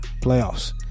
playoffs